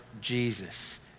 Jesus